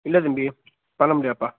இல்லை தம்பி பண்ண முடியாதுப்பா